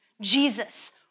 Jesus